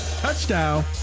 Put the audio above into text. Touchdown